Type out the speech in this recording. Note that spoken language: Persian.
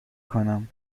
کنم